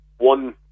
One